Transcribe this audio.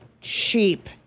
cheap